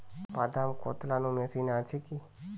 বাদাম কদলানো মেশিন আছেকি?